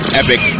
epic